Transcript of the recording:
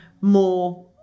more